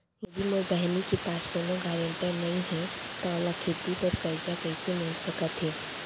यदि मोर बहिनी के पास कोनो गरेंटेटर नई हे त ओला खेती बर कर्जा कईसे मिल सकत हे?